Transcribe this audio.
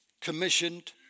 commissioned